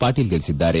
ಪಾಟೀಲ್ ತಿಳಿಸಿದ್ದಾರೆ